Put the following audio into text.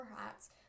hats